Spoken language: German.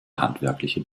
handwerkliche